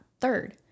third